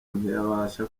ntiyabasha